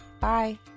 Bye